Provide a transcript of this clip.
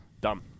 Dumb